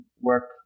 work